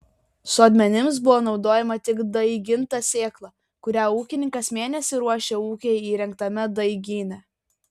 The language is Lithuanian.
sodmenims buvo naudojama tik daiginta sėkla kurią ūkininkas mėnesį ruošė ūkyje įrengtame daigyne